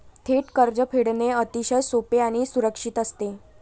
थेट कर्ज फेडणे अतिशय सोपे आणि सुरक्षित असते